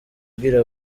ibwira